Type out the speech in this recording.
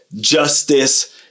justice